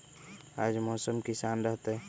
आज मौसम किसान रहतै?